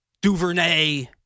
DuVernay